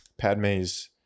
Padme's